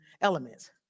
elements